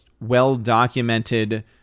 well-documented